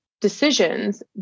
decisions